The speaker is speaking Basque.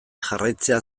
jarraitzea